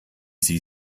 sie